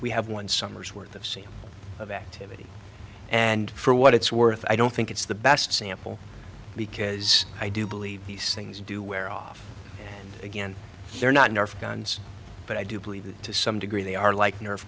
we have one summer's worth of scene of activity and for what it's worth i don't think it's the best sample because i do believe these things do wear off again they're not nerf guns but i do believe that to some degree they are like ner